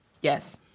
yes